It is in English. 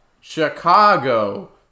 Chicago